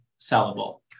sellable